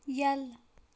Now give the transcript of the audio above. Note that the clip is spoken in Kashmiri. یلہٕ